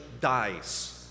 dies